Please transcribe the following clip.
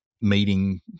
meeting